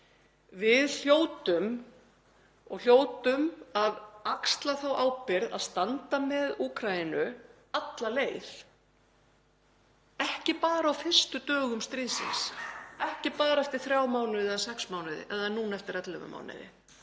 Við hljótum að axla þá ábyrgð að standa með Úkraínu alla leið, ekki bara á fyrstu dögum stríðsins, ekki bara eftir þrjá mánuði eða sex mánuði eða núna eftir 11 mánuði